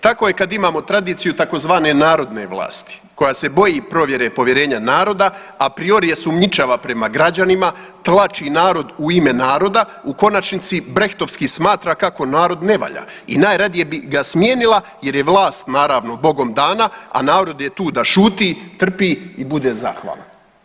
Tako je kad imamo tradiciju tzv. narodne vlasti koja se boji provjere povjerenja naroda, a priori je sumnjičava prema građanima, tlači narod u ime naroda u konačnici brehtovski smatra kako narod ne valja i najradije bi ga smijenila jer je vlast naravno bogom dana, a narod je tu da šuti, trpi i bude zahvalan.